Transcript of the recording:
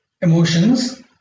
emotions